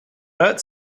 hurt